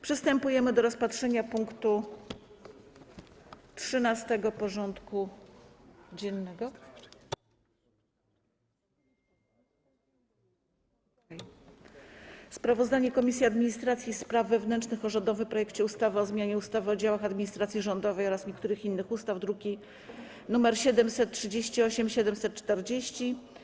Przystępujemy do rozpatrzenia punktu 13. porządku dziennego: Sprawozdanie Komisji Administracji i Spraw Wewnętrznych o rządowym projekcie ustawy o zmianie ustawy o działach administracji rządowej oraz niektórych innych ustaw (druki nr 738 i 740)